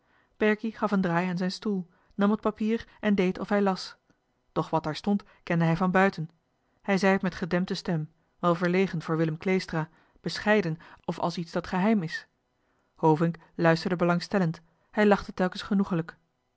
berkie gaf een draai aan zijn stoel nam het papier en deed of hij las doch wat daar stond kende hij van buiten hij zei het met gedempte stem wel verlegen voor willem kleestra bescheiden of als iets dat geheim is hovink luisterde belangstellend hij lachte telkens